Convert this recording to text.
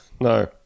No